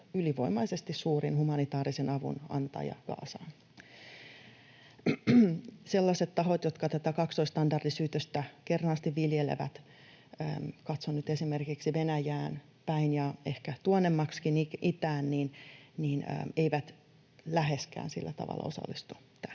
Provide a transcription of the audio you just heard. ylivoimaisesti suurin humanitaarisen avun antaja Gazaan. Sellaiset tahot, jotka tätä kaksoisstandardisyytöstä kernaasti viljelevät — katson nyt esimerkiksi Venäjään päin ja ehkä tuonnemmaksikin itään — eivät läheskään sillä tavalla osallistu tähän